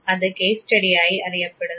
അത് കേസ് സ്റ്റഡിയായി അറിയപ്പെടുന്നു